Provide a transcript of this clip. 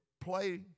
play